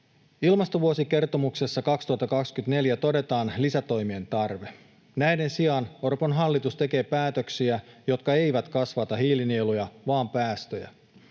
Ilmastovuosikertomuksessa 2024 todetaan lisätoimien tarve. Näiden sijaan Orpon hallitus tekee päätöksiä, jotka eivät kasvata hiilinieluja vaan päästöjä.